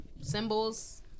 Symbols